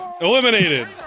Eliminated